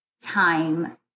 time